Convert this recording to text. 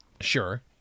Sure